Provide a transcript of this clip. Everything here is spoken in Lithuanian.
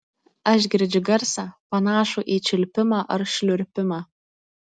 aš girdžiu garsą panašų į čiulpimą ar šliurpimą